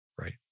Right